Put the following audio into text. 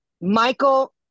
Michael